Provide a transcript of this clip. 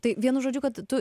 tai vienu žodžiu kad tu